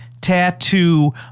tattoo